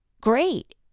Great